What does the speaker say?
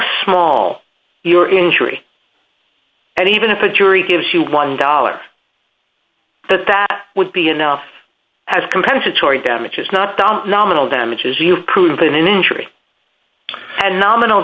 small your injury and even if a jury gives you one dollar but that would be enough as compensatory damages not down nominal damages you've proven injury and nominal